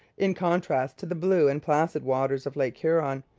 in contrast to the blue and placid waters of lake huron,